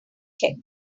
check